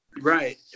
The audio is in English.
right